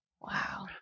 wow